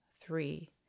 three